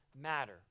matter